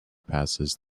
passes